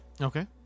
Okay